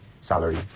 salary